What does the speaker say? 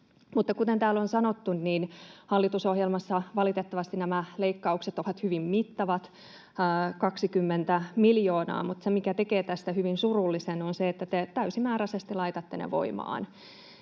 Kuten täällä on sanottu, hallitusohjelmassa valitettavasti nämä leikkaukset ovat hyvin mittavat, 20 miljoonaa, mutta se, mikä tekee tästä hyvin surullisen, on se, että te täysimääräisesti laitatte ne voimaan